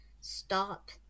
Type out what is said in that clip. stop